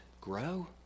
grow